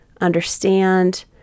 understand